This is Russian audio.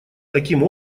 таким